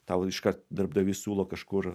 tau iškart darbdavys siūlo kažkur